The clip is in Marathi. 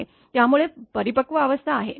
त्यामुळे परिपक्व अवस्था आहे बरोबर